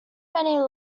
many